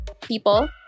people